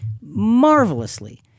marvelously